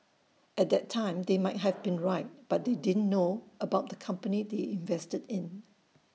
at that time they might have been right but they didn't know about the company they invested in